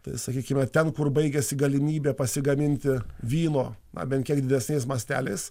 tai sakykime ten kur baigiasi galimybė pasigaminti vyno na bent kiek didesniais masteliais